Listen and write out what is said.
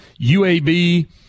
UAB